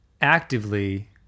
actively